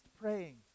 praying